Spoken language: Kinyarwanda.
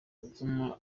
gutuma